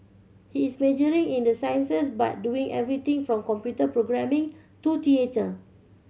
he is majoring in the sciences but doing everything from computer programming to theatre